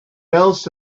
else